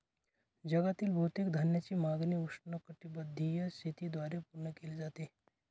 जगातील बहुतेक धान्याची मागणी उष्णकटिबंधीय शेतीद्वारे पूर्ण केली जाते